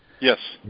Yes